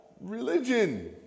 religion